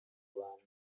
rwanda